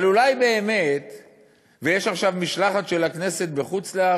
יש עכשיו משלחת של הכנסת בחו"ל,